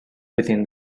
within